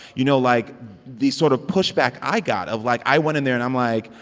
you know, like the sort of pushback i got of, like, i went in there and i'm like,